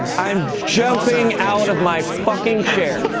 i'm jumping out of my fucking chair.